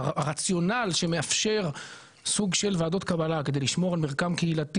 הרציונל שמאפשר סוג של ועדות קבלה כדי לשמור על מרקם קהילתי